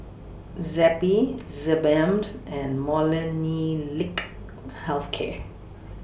Zappy Sebamed and Molnylcke Health Care